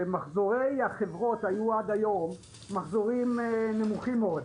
שמחזורי החברות היו עד היום מחזורים נמוכים מאוד.